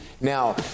Now